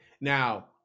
Now